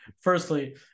Firstly